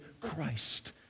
Christ